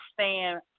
stand